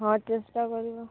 ହଁ ଚେଷ୍ଟା କରିବା